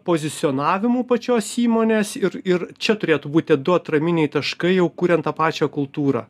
pozicionavimu pačios įmonės ir ir čia turėtų būti du atraminiai taškai jau kuriant tą pačią kultūrą